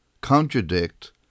contradict